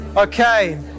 Okay